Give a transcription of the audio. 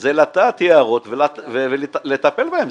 זה לטעת יערות ולטפל בהם.